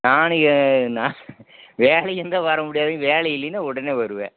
நான் நான் வேலை இருந்தால் வர முடியாதுங்க வேலை இல்லைனா உடனே வருவேன்